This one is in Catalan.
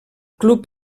club